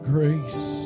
Grace